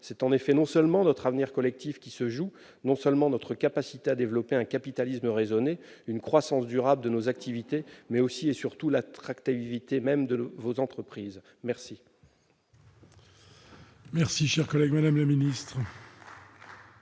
c'est non seulement notre avenir collectif et notre capacité à développer un capitalisme raisonné et une croissance durable de nos activités, mais aussi, et surtout, l'attractivité même de nos entreprises. La